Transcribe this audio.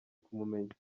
kumumenya